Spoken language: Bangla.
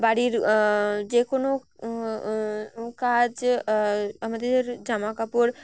বাড়ির যে কোনো কাজ আমাদের জামা কাপড়